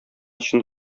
чын